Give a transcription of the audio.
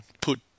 put